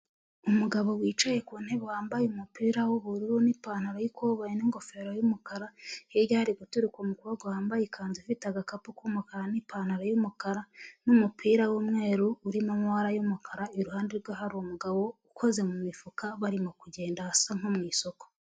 Umugabo wicaye ku ntebe wambaye umupira w'ubururu n'ipantaro y'ikoboyi n'ingofero y'umukara, hirya hari guturuka umukobwa wambaye ikanzu ifite agakapu k'umukara n'ipantaro y'umukara n'umupira w'umweru urimo amabara y'umukara, iruhande rwe hari umugabo ukoze mu mifuka, barimo kugenda ahasa nko mu isoko.